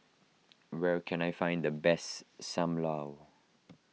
where can I find the best Sam Lau